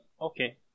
Okay